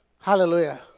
Hallelujah